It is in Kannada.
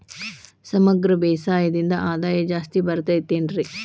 ಸಮಗ್ರ ಬೇಸಾಯದಿಂದ ಆದಾಯ ಜಾಸ್ತಿ ಬರತೈತೇನ್ರಿ?